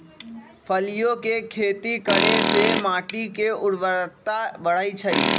फलियों के खेती करे से माटी के ऊर्वरता बढ़ई छई